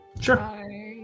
Sure